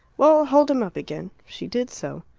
well, hold him up again. she did so.